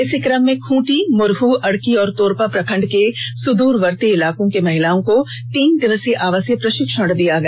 इसी क्रम में खूंटी मुरह अड़की और तोरपा प्रखंड के सुदूरवर्ती इलाकों की महिलाओं को तीन दिवसीय आवासीय प्रशिक्षण दिया गया